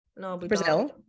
Brazil